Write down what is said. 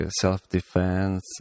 self-defense